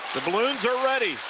the balloons are ready.